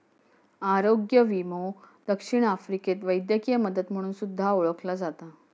आरोग्य विमो दक्षिण आफ्रिकेत वैद्यकीय मदत म्हणून सुद्धा ओळखला जाता